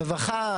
רווחה,